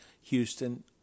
Houston